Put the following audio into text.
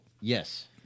yes